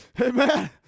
Amen